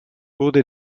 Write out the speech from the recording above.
wurde